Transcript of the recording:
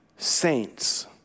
Saints